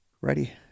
Ready